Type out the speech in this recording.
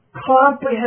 Comprehensive